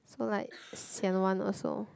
so like sian one also